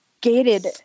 gated